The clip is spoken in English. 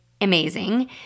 amazing